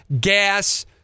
gas